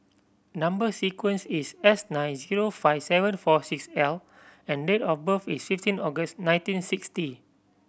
number sequence is S nine zero five seven four six L and date of birth is fifteen August nineteen sixty